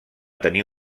tenir